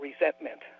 resentment